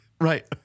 Right